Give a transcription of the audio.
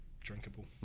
drinkable